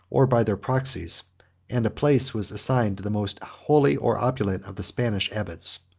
or by their proxies and a place was assigned to the most holy, or opulent, of the spanish abbots.